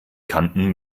kanten